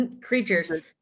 creatures